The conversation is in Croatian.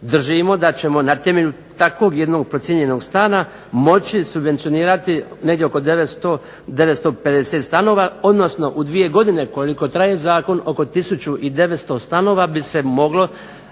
držimo da ćemo na temelju takvog jednog procijenjenog stana moći subvencionirati negdje oko 950 stanova, odnosno u dvije godine koliko traje zakon oko 1900 stanova bi se moglo